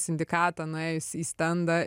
sindikatą nuėjus į stendą